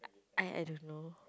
I I don't know